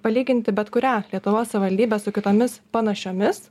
palyginti bet kurią lietuvos savivaldybę su kitomis panašiomis